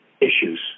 issues